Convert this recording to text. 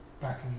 back